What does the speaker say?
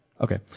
Okay